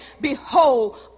Behold